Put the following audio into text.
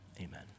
Amen